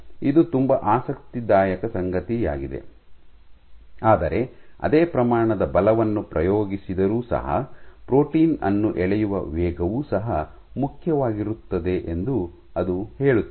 ಇದು ತುಂಬಾ ಆಸಕ್ತಿದಾಯಕ ಸಂಗತಿಯಾಗಿದೆ ಆದರೆ ಅದೇ ಪ್ರಮಾಣದ ಬಲವನ್ನು ಪ್ರಯೋಗಿಸಿದರೂ ಸಹ ಪ್ರೋಟೀನ್ ಅನ್ನು ಎಳೆಯುವ ವೇಗವೂ ಸಹ ಮುಖ್ಯವಾಗಿರುತ್ತದೆ ಎಂದು ಅದು ಹೇಳುತ್ತದೆ